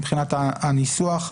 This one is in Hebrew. מבחינת הניסוח,